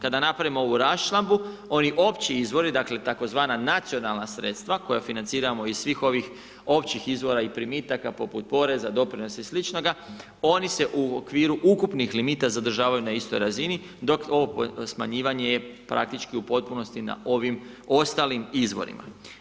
Kada napravimo ovu raščlambu, ovi opći izvori, dakle, tzv. nacionalna sredstva, koja financiramo iz svih ovih općih izvora i primitaka, poput poreza, doprinosa i sl. oni se u okviru ukupnih limita zadržavaju na istoj razini, dok ovo smanjivanja je praktički u potpunosti na ovim ostalim izvorima.